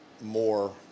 more